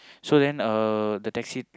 so then uh the taxi